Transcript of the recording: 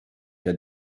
der